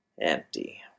Empty